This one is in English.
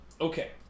Okay